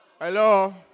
Hello